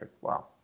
Wow